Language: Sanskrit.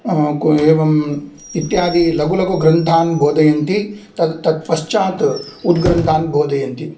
कु एवं इत्यादि लघु लघु ग्रन्थान् बोधयन्ति त तत्पश्चात् उद्ग्रन्तान् बोधयन्ति